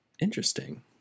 Interesting